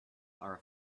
are